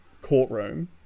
courtroom